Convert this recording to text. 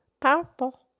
Powerful